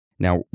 Now